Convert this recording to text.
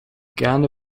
gerne